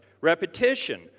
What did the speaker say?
repetition